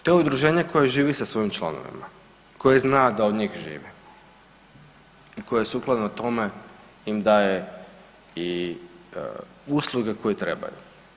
To je udruženje koje živi sa svojim članovima, koje zna da od njih živi, koji sukladno tome im daje i usluge koje trebaju.